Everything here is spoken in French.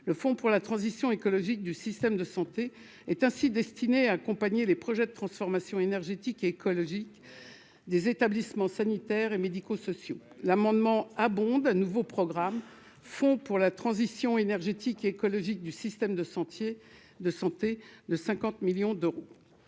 le fonds pour la transition écologique du système de santé est ainsi destiné à accompagner les projets de transformation énergétique écologique des établissements sanitaires et médico-sociaux, l'amendement, abonde un nouveau programme font pour la transition énergétique et écologique du système de sentiers de santé de 50 millions d'euros.